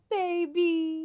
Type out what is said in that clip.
baby